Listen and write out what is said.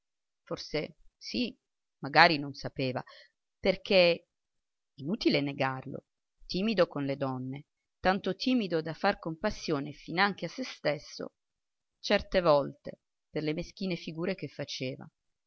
forse sì magari non sapeva perché inutile negarlo timido con le donne tanto timido da far compassione finanche a se stesso certe volte per le meschine figure che faceva